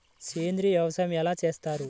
సేంద్రీయ వ్యవసాయం ఎలా చేస్తారు?